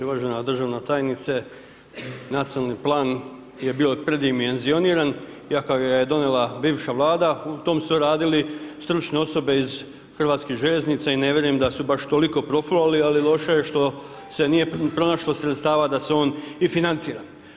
Uvažena državna tajnice, nacionalni plan je bio predimenzioniran iako ga je donijela bivša Vlada, u tom su radili stručne osobe iz Hrvatskih željeznica i ne vjerujem da su baš toliko profulali ali loše je što se nije pronašlo sredstva da se on i financira.